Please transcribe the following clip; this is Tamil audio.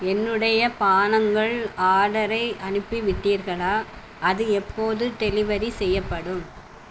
என்னுடைய பானங்கள் ஆர்டரை அனுப்பிவிட்டீர்களா அது எப்போது டெலிவரி செய்யப்படும்